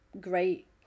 great